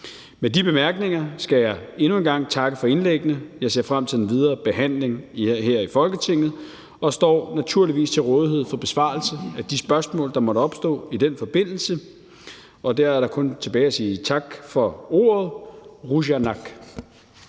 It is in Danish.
Med de bemærkninger skal jeg endnu en gang takke for indlæggene. Jeg ser frem til den videre behandling her i Folketinget og står naturligvis til rådighed for besvarelse af de spørgsmål, der måtte opstå i den forbindelse. Så er der kun tilbage at sige tak for ordet. Qujanaq.